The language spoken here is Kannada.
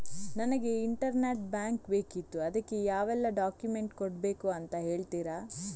ನನಗೆ ಇಂಟರ್ನೆಟ್ ಬ್ಯಾಂಕ್ ಬೇಕಿತ್ತು ಅದಕ್ಕೆ ಯಾವೆಲ್ಲಾ ಡಾಕ್ಯುಮೆಂಟ್ಸ್ ಕೊಡ್ಬೇಕು ಅಂತ ಹೇಳ್ತಿರಾ?